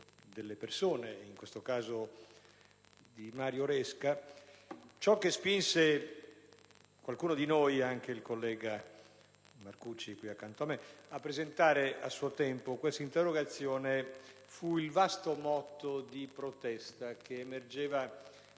delle persone (in questo caso di Mario Resca), che ciò che spinse alcuni di noi, tra cui il collega Marcucci che siede accanto a me, a presentare, a suo tempo, questa interrogazione fu il vasto moto di protesta che emergeva